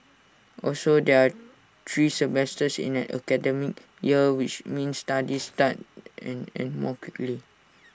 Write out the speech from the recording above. also there're three semesters in an academic year which means studies start and end more quickly